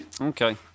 Okay